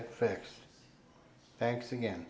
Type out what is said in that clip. it fixed thanks again